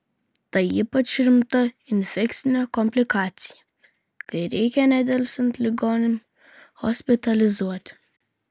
tai ypač rimta infekcinė komplikacija kai reikia nedelsiant ligonį hospitalizuoti